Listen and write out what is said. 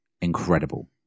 Incredible